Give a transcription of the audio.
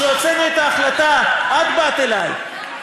כשהוצאנו את ההחלטה את באת אלי.